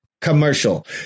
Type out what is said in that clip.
commercial